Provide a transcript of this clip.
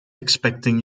expecting